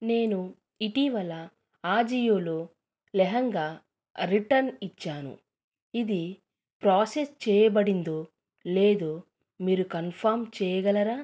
నేను ఇటీవల అజియోలో లెహంగా రిటర్న్ ఇచ్చాను ఇది ప్రాసెస్ చేయబడిందో లేదో మీరు కన్ఫర్మ్ చేయగలరా